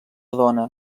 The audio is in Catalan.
dona